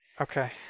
okay